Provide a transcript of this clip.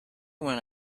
when